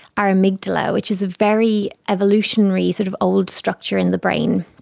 our amygdala, which is a very evolutionary sort of old structure in the brain,